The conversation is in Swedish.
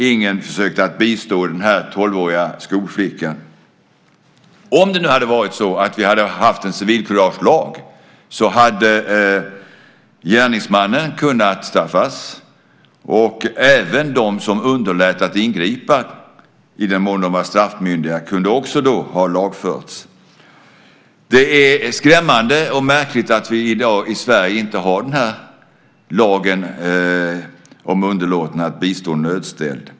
Ingen försökte bistå den tolvåriga skolflickan. Om vi nu hade haft en civilkuragelag så hade gärningsmannen kunnat straffas. Det gäller även dem som underlät att ingripa. I den mån de var straffmyndiga kunde de då också ha lagförts. Det är skrämmande och märkligt att vi i Sverige i dag inte har den här lagen om underlåtenhet att bistå nödställd.